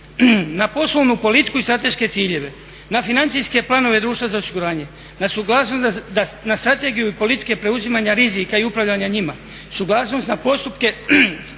na poslovnu politiku i strateške ciljeve, na financijske planove društva za osiguranje, na suglasnost na Strategiju politike preuzimanja rizika i upravljanja njima, suglasnost na postupke